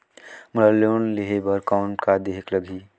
मोला लोन लेहे बर कौन का देहेक लगही?